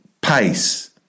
pace